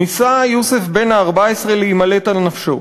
ניסה יוסף בן ה-14 להימלט על נפשו.